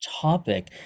topic